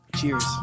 cheers